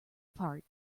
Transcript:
apart